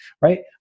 right